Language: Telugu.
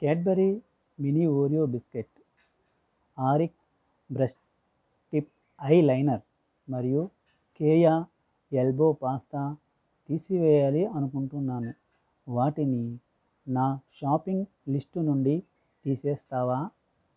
క్యాడ్బరీ మినీ ఓరియో బిస్కెట్ ఆరిక్ బ్రష్ టిప్ ఐలైనర్ మరియు కేయా ఎల్బో పాస్తా తీసివేయాలి అనుకుంటున్నాను వాటిని నా షాపింగ్ లిస్ట్ నుండి తీసేస్తావా